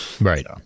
Right